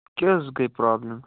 کیٛاہ حظ گٔے پرابلِم